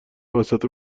وسط